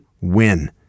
win